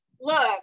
Look